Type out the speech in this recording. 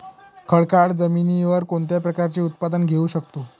खडकाळ जमिनीवर कोणत्या प्रकारचे उत्पादन घेऊ शकतो?